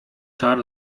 czar